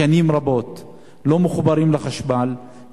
שנים רבות לא מחוברים לחשמל,